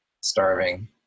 starving